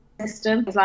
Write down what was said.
system